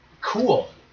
cool